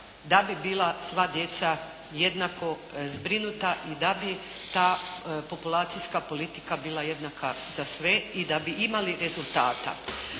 da bi bila sva djeca jednako zbrinuta i da bi ta populacijska politika bila jednaka za sve i da bi imali rezultata.